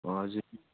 हजुर